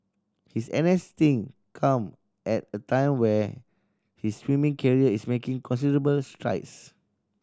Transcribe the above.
his N S stint come at a time when his swimming career is making considerable strides